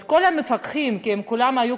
אז כל המפקחים כולם היו